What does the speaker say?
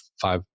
five